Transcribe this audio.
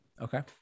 Okay